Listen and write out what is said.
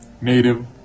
native